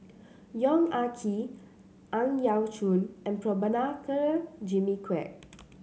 Yong Ah Kee Ang Yau Choon and Prabhakara Jimmy Quek